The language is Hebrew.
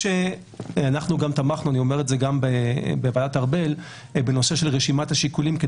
אנחנו תמכנו בנושא של רשימת השיקולים שעלה בוועדת ארבל,